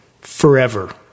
Forever